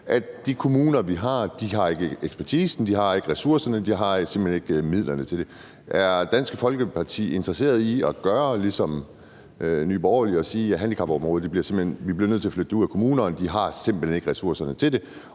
at de kommuner, vi har, ikke har ekspertisen, ikke har ressourcerne, altså at de simpelt hen ikke har midlerne til det. Er Dansk Folkeparti interesseret i at gøre som Nye Borgerlige og sige, at vi bliver nødt til at flytte handicapområdet ud af kommunerne, for de har simpelt hen ikke ressourcerne til det,